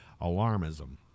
alarmism